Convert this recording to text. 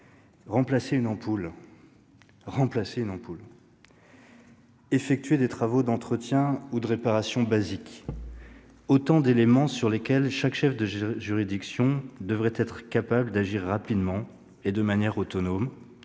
des tribunaux. Remplacer une ampoule, effectuer des travaux d'entretien ou des réparations basiques : autant de tâches pour lesquelles chaque chef de juridiction devrait être capable d'agir rapidement et de manière autonome,